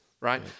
right